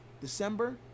December